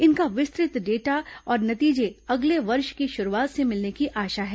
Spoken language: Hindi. इनका विस्तृत डेटा और नतीजे अगले वर्ष की शुरूआत से मिलने की आशा है